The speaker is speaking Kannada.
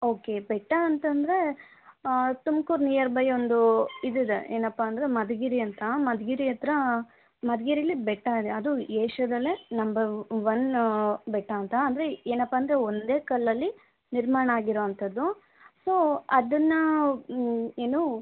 ಓಕೆ ಬೆಟ್ಟ ಅಂತಂದರೆ ತುಮಕೂರ್ ನಿಯರ್ಬೈ ಒಂದು ಇದಿದೆ ಏನಪ್ಪಾ ಅಂದರೆ ಮಧುಗಿರಿ ಅಂತ ಮಧುಗಿರಿ ಹತ್ತಿರ ಮಧುಗಿರಿಲಿ ಬೆಟ್ಟ ಇದೆ ಅದು ಏಷ್ಯಾದಲ್ಲೇ ನಂಬರ್ ಒನ್ ಬೆಟ್ಟ ಅಂತ ಅಂದರೆ ಏನಪ್ಪಾ ಅಂದರೆ ಒಂದೇ ಕಲ್ಲಲ್ಲಿ ನಿರ್ಮಾಣ ಆಗಿರೊವಂಥದ್ದು ಸೊ ಅದನ್ನು ಏನು